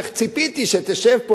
שציפיתי שתשב פה,